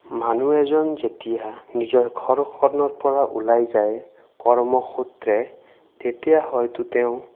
মানুহ এজন যেতিয়া নিজৰ ঘৰখনৰ পৰা ওলাই যায় কৰ্মসূত্ৰে তেতিয়া হয়তো তেওঁ